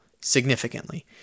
significantly